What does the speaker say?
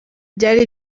byari